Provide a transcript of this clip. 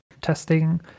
testing